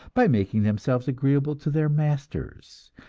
by making themselves agreeable to their masters,